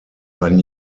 ein